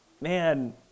Man